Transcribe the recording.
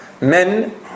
men